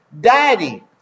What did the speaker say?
Daddy